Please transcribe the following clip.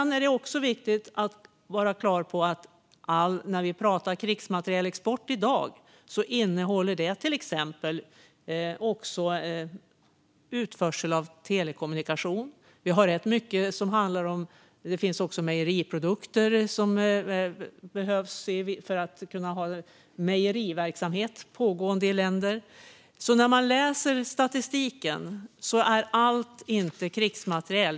När vi pratar krigsmaterielexport i dag är det också viktigt att vara på det klara med att den till exempel också innehåller utförsel av telekommunikation. Vi har rätt mycket som handlar om annat, till exempel mejeriprodukter. Det behövs för att kunna ha en pågående mejeriverksamhet i olika länder. När man läser statistiken ska man alltså veta att allt inte är krigsmateriel.